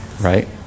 right